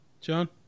John